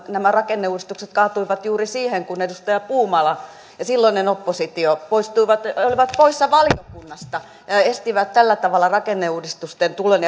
nämä rakenneuudistukset kaatuivat juuri siihen kun edustaja puumala ja silloinen oppositio olivat poissa valiokunnasta estivät tällä tavalla rakenneuudistusten tulon